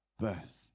birth